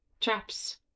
traps